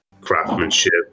craftsmanship